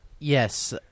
Yes